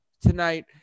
tonight